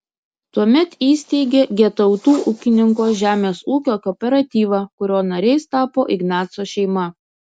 tuomet įsteigė getautų ūkininko žemės ūkio kooperatyvą kurio nariais tapo ignaco šeima